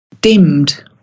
dimmed